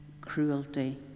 cruelty